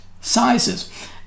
sizes